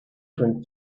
between